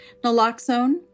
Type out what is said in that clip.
naloxone